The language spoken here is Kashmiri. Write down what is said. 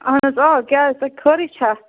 اَہَن حظ آ کیٛازِ تۄہہِ خٲرَے چھا